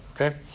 Okay